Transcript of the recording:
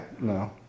no